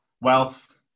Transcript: wealth